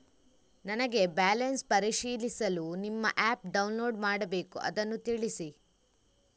ನನಗೆ ಬ್ಯಾಲೆನ್ಸ್ ಪರಿಶೀಲಿಸಲು ನಿಮ್ಮ ಆ್ಯಪ್ ಡೌನ್ಲೋಡ್ ಮಾಡಬೇಕು ಅದನ್ನು ತಿಳಿಸಿ?